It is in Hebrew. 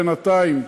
בינתיים,